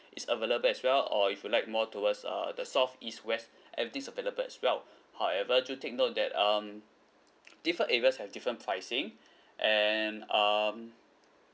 it's available as well or if you like more towards uh the south east west everything's available as well however do take note that um different areas have different pricing and um